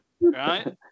right